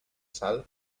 sal